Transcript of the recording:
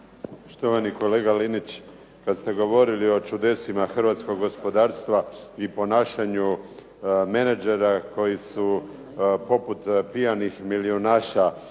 Štovani kolega Linić, kad ste govorili o čudesima hrvatskog gospodarstva i ponašanju menadžera koji su poput pijanih milijunaša